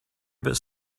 about